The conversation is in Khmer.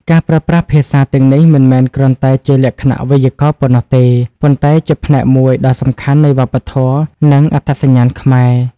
ការប្រើប្រាស់ភាសាទាំងនេះមិនមែនគ្រាន់តែជាលក្ខណៈវេយ្យាករណ៍ប៉ុណ្ណោះទេ ប៉ុន្តែជាផ្នែកមួយដ៏សំខាន់នៃវប្បធម៌ និងអត្តសញ្ញាណខ្មែរ។